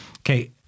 Okay